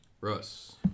Russ